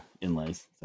inlays